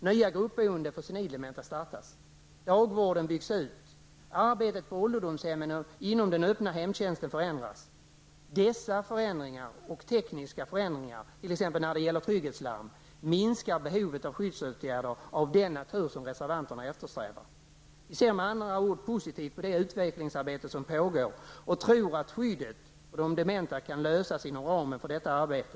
Nya gruppboende för senildementa startas, dagvården byggs ut, arbetet på ålderdomshemmen och inom den öppna hemtjänsten förändras. Dessa förändringar och tekniska förändringar, t.ex. när det gäller trygghetslarm, minskar behovet av skyddsåtgärder av den natur som reservanterna eftersträvar. Vi ser med andra ord positivt på det utvecklingsabete som pågår, och vi tror att skyddet för de dementa kan lösas inom ramen för detta arbete.